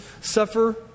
suffer